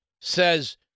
Says